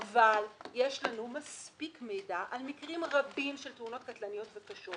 אבל יש לנו מספיק מידע על מקרים רבים של תאונות קטלניות וקשות